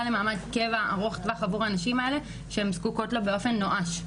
למעמד קבע ארוך טווח עבור הנשים האלה שהן זקוקות לה באופן נואש.